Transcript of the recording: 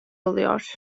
oluyor